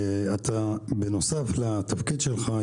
בנוסף לתפקיד שלך,